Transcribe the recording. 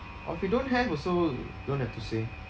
or if you don't have also don't have to say